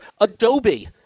Adobe